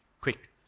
Quick